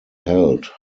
held